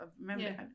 remember